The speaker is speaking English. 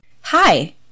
Hi